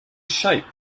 shape